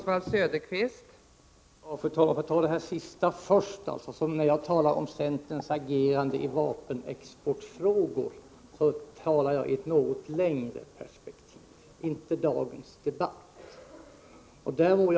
Fru talman! När jag, för att ta det sista först, talar om centerns agerande i vapenexportfrågor, talar jag i ett något längre perspektiv. Då rör det sig inte enbart om dagens debatt.